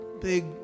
Big